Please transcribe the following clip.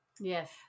Yes